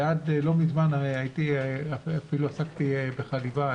ועד לא מזמן אפילו עסקתי בחליבה,